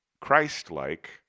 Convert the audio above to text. Christ-like